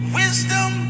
wisdom